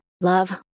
Love